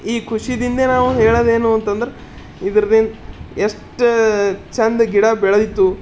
ಈ ಖುಷಿಯಿಂದೆ ನಾವು ಹೇಳೋದೆನೂಂತಂದ್ರೆ ಇದ್ರದ್ದು ಎಷ್ಟು ಚೆಂದ ಗಿಡ ಬೆಳೆದಿತ್ತು